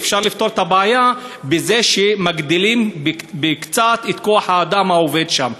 אפשר לפתור את הבעיה בזה שמגדילים קצת את כוח-האדם העובד שם.